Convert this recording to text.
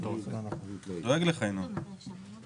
עוד הוא שוכר דירה בשוק הפרטי וחי לבד או בתא המשפחתי שלו,